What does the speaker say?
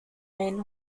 main